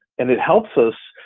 and it helps us.